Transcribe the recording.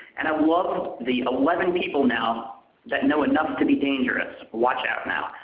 and i love ah the eleven people now that know enough to be dangerous. watch out now.